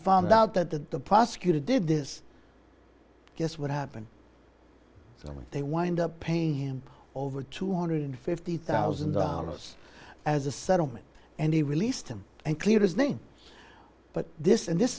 found out that the prosecutor did this guess what happened so they wind up paying him over two hundred fifty thousand dollars as a settlement and he released them and cleared his name but this in this